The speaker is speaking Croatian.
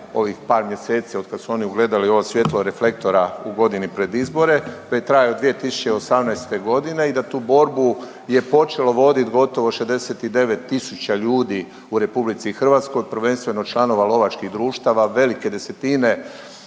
ovih par mjeseci od kad su oni ugledali ovo svjetlo reflektora u godini pred izbore, koji traje od 2018. godine i da tu borbu je počelo vodit gotovo 69 tisuća ljudi u RH prvenstveno članova lovačkih društava. Velike desetine